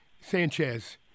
Sanchez